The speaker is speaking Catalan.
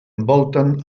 envolten